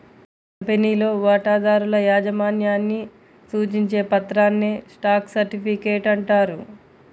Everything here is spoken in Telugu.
కంపెనీలో వాటాదారుల యాజమాన్యాన్ని సూచించే పత్రాన్నే స్టాక్ సర్టిఫికేట్ అంటారు